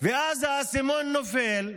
ואז האסימון נופל,